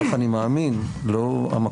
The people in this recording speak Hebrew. כך אני מאמין לא המקום,